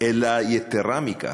יתרה מכך,